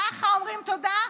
ככה אומרים תודה,